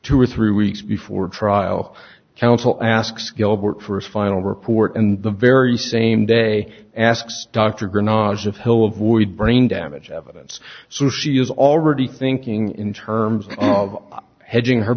two or three weeks before trial counsel asks gilbert for a final report in the very same day asks dr granada's of hill avoid brain damage evidence so she is already thinking in terms of he